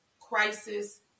crisis